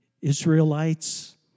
Israelites